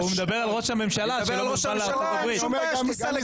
לא, הוא מדבר על ראש הממשלה, שלא מוזמן